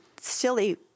silly